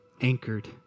anchored